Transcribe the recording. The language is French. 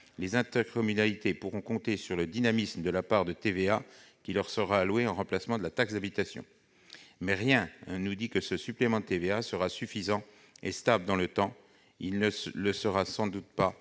les intercommunalités pourront compter sur le dynamisme de la part de TVA qui leur sera allouée en remplacement de la taxe d'habitation. Mais rien ne nous dit que ce supplément de TVA sera suffisant et stable dans le temps, ni que son versement